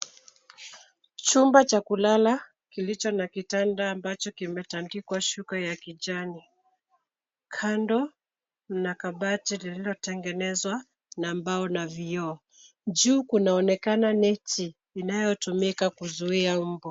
Chumba cha kulala kilicho na kitanda ambacho kimetadikwa shuka ya kijani. Kando mna kabati lilotengenezwa na mbao na vioo. Juu kunaonekana neti inayotumika kuzuia mbu.